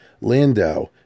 Landau